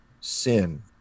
sin